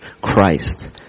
Christ